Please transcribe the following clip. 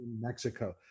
Mexico